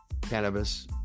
Cannabis